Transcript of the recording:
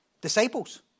disciples